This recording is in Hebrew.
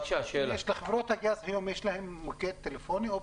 רק שאלה: לחברות הגז יש היום מוקד טלפוני?